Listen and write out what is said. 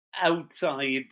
outside